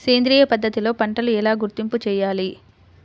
సేంద్రియ పద్ధతిలో పంటలు ఎలా గుర్తింపు చేయాలి?